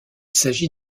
s’agit